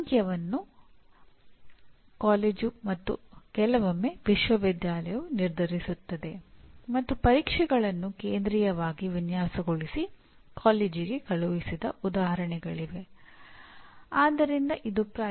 ಆದರೆ ಅವರು ಜ್ಞಾನ ಮತ್ತು ಕೌಶಲ್ಯದ ಸಮೂಹದೊಂದಿಗೆ ಸಿದ್ಧರಾಗಿದ್ದಾರೆ ಮತ್ತು ಸಂಸ್ಥೆಯ ಅಗತ್ಯಕ್ಕೆ ಅನುಗುಣವಾಗಿ ಅಭ್ಯಾಸವನ್ನು ಪ್ರಾರಂಭಿಸಲು ಅವರಿಗೆ ಸ್ವಲ್ಪ ಸಮಯ ತೆಗೆದುಕೊಳ್ಳಬಹುದು